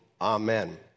Amen